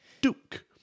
duke